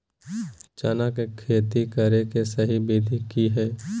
चना के खेती करे के सही विधि की हय?